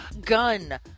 gun